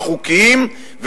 החוקיים,